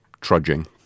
trudging